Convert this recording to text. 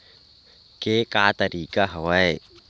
के का तरीका हवय?